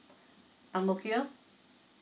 ang mo kio